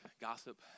Gossip